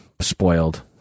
spoiled